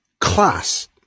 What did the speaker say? class